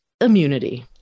immunity